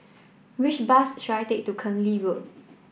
which bus should I take to Keng Lee Road